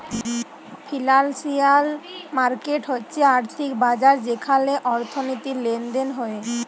financial market হচ্যে আর্থিক বাজার যেখালে অর্থনীতির লেলদেল হ্য়েয়